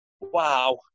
wow